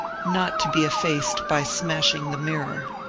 not to be effaced by smashing the mir